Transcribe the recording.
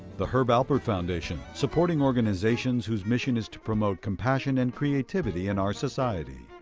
the herb alpert foundation, supporting organizations whose mission is to promote compassion and creativity in our society.